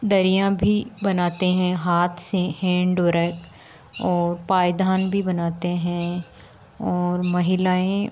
दरियाँ भी बनाते हैं हाथ से हैण्ड वर्क और पायदान भी बनाते हैं और महिलाएँ